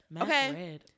Okay